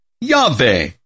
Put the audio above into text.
Yahweh